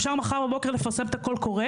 אפשר מחר בבוקר לפרסם את הקול קורא